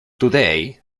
today